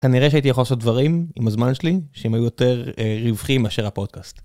כנראה שהייתי יכול לעשות דברים, עם הזמן שלי, שהם היו יותר רווחים מאשר הפודקאסט.